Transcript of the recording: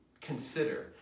consider